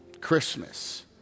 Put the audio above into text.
Christmas